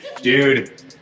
Dude